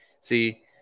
See